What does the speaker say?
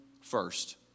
first